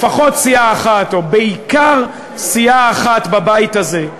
לפחות סיעה אחת, או בעיקר סיעה אחת, בבית הזה,